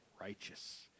righteous